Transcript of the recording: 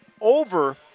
over